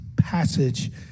passage